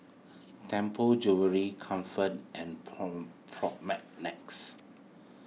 Temple Jewellery Comfort and